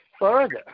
further